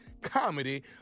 Comedy